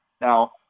Now